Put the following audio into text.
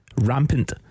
Rampant